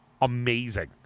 amazing